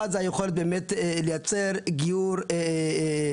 אחד זה היכולת באמת לייצר גיור איכותי,